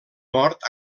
mort